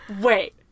Wait